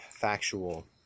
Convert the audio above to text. factual